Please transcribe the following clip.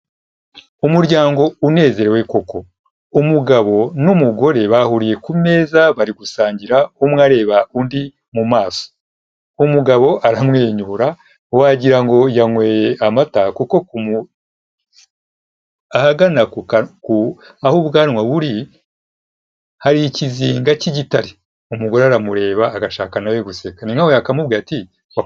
Umuryango unezerewe koko, umugabo n'umugore bahuriye ku meza bari gusangira umwe areba undi mu maso. umugabo aramwenyura wagirango ngo yanyoye amata kuko ahagana aho ubwanwa buri hari ikizinga cy'igitare umugore aramureba agashaka nawe we guseka ni nk'k]aho yakamubwira ati.